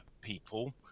people